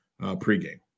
pregame